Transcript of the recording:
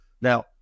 Now